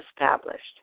established